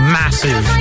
massive